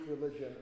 religion